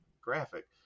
graphic